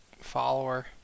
follower